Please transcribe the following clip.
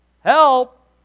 help